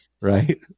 right